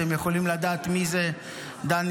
אתם יכולים לדעת מי זה דני,